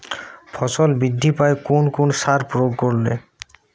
ফসল বৃদ্ধি পায় কোন কোন সার প্রয়োগ করলে?